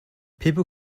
people